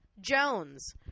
Jones